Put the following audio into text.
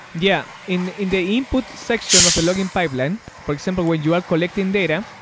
yeah. in in the input section of a logging pipeline, for example, when you are collecting data,